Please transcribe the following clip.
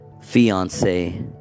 fiance